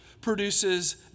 produces